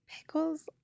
Pickles